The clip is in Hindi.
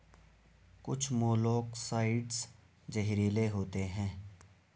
कुछ मोलॉक्साइड्स जहरीले होते हैं